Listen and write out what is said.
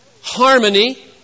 harmony